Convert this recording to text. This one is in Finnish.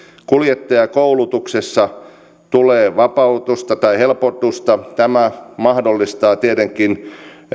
kuljettajakoulutuksessa tulee vapautusta tai helpotusta tämä mahdollistaa tietenkin